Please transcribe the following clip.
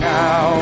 now